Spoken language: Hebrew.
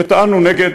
וטענו נגד.